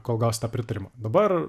kol gausi tą pritarimą dabar